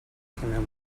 хэмээн